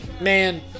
man